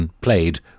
played